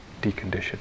deconditioned